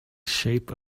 shape